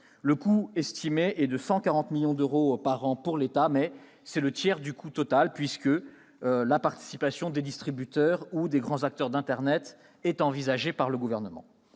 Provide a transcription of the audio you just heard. Le coût estimé est de 140 millions d'euros par an pour l'État, mais cela représente le tiers du coût total, puisque la participation des distributeurs ou des grands acteurs d'internet est envisagée par le Gouvernement.